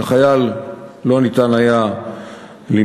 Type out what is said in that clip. את החייל לא ניתן היה למצוא.